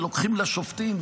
ולוקחים לשופטים,